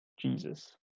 Jesus